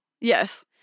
Yes